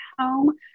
home